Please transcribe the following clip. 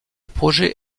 projet